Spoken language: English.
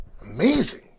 Amazing